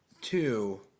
Two